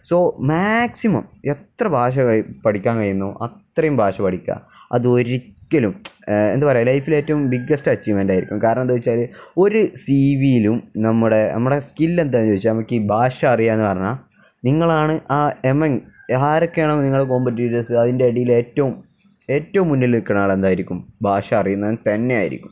so maximum എത്ര ഭാഷ പഠിക്കാൻ കഴിയുന്നോ അത്രയും ഭാഷ പഠിക്കുക അത് ഒരിക്കലും എന്താ പറയുക ലൈഫില് ഏറ്റവും ബിഗ്ഗസ്റ്റ് അച്ചീവ്മെന്റായിരിക്കും കാരണം എന്താണെന്നുവച്ചാല് ഒരു സി വിയിലും നമ്മുടെ നമ്മുടെ സ്കിൽ എന്താണെന്നു ചോദിച്ചാല് നമുക്കീ ഭാഷ അറിയാമെന്നു പറഞ്ഞാല് നിങ്ങളാണ് ആ എമങ് ആരൊക്കെയാണോ നിങ്ങളെ കോമ്പറ്റീറ്റേഴ്സ് അതിൻ്റെ ഇടയില് ഏറ്റവും ഏറ്റവും മുന്നിൽ നില്ക്കുന്ന ആൾ എന്തായിരിക്കും ഭാഷ അറിയുന്നവൻ തന്നെ ആയിരിക്കും